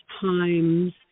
times